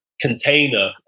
container